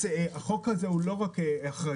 החוק הזה הוא לא רק אחריות,